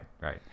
Right